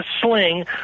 sling